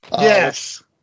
Yes